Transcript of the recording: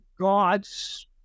God's